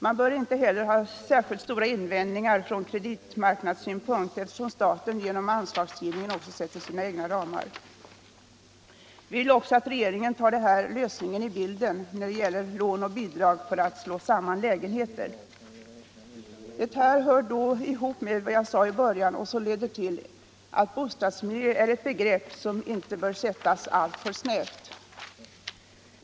Man bör inte heller ha särskilt stora invändningar från kreditmarknadssynpunkt, eftersom staten genom anslagsgivningen också sätter sina egna ramar. Vi vill vidare att regeringen tar med den här lösningen i bilden när det gäller lån och bidrag för att slå samman lägenheter. Det hör ihop med vad jag sade i början och innebär att bostadsmiljö är ett begrepp som inte bör tolkas alltför snävt.